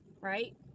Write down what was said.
right